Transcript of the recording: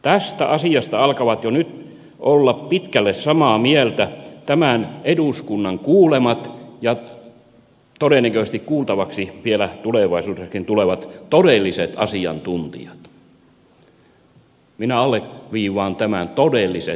tästä asiasta alkavat jo nyt olla pitkälle samaa mieltä tämän eduskunnan kuulemat ja todennäköisesti kuultavaksi vielä tulevaisuudessakin tulevat todelliset asiantuntijat minä alleviivaan tätä todelliset asiantuntijat